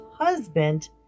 husband